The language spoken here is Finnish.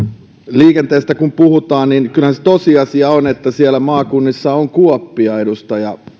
liikenteestä kun puhutaan niin kyllähän se tosiasia on että siellä maakunnissa on kuoppia edustaja